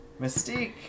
Mystique